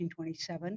1927